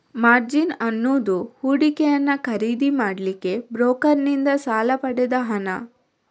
margin ಅನ್ನುದು ಹೂಡಿಕೆಯನ್ನ ಖರೀದಿ ಮಾಡ್ಲಿಕ್ಕೆ ಬ್ರೋಕರನ್ನಿಂದ ಸಾಲ ಪಡೆದ ಹಣ